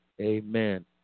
Amen